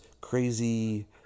crazy